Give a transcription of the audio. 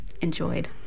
enjoyed